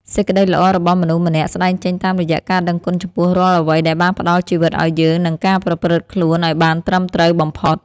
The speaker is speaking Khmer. សេចក្តីល្អរបស់មនុស្សម្នាក់ស្តែងចេញតាមរយៈការដឹងគុណចំពោះរាល់អ្វីដែលបានផ្តល់ជីវិតឱ្យយើងនិងការប្រព្រឹត្តខ្លួនឱ្យបានត្រឹមត្រូវបំផុត។